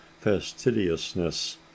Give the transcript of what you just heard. fastidiousness